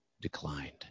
declined